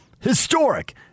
historic